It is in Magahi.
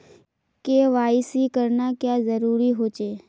के.वाई.सी करना क्याँ जरुरी होचे?